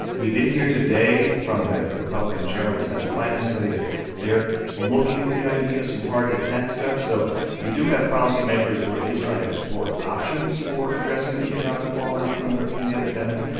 we did hear today from the republican chairman of the senate finance committee that they're looking at the idea of some targeted tax cuts. so we do have policymakers who are at least trying to explore options for addressing the economic fallout from the from the epidemic,